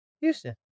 Houston